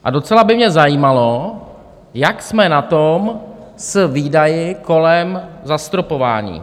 A docela by mě zajímalo, jak jsme na tom s výdaji kolem zastropování.